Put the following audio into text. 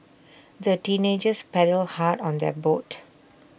the teenagers paddled hard on their boat